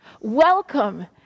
Welcome